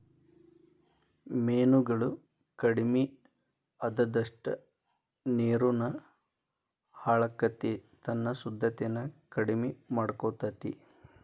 ಮೇನುಗಳು ಕಡಮಿ ಅಅದಷ್ಟ ನೇರುನು ಹಾಳಕ್ಕತಿ ತನ್ನ ಶುದ್ದತೆನ ಕಡಮಿ ಮಾಡಕೊತತಿ